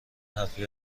حرفی